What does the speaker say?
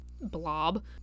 blob